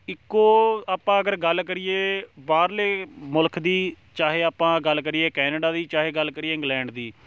ਇੱਕੋ ਆਪਾਂ ਅਗਰ ਗੱਲ ਕਰੀਏ ਬਾਹਰਲੇ ਮੁਲਕ ਦੀ ਚਾਹੇ ਆਪਾਂ ਗੱਲ ਕਰੀਏ ਕੈਨੇਡਾ ਦੀ ਚਾਹੇ ਗੱਲ ਕਰੀਏ ਇੰਗਲੈਂਡ ਦੀ